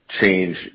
change